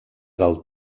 del